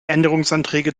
änderungsanträge